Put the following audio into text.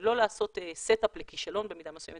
לא לעשות set up לכישלון במידה מסוימת